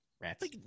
rats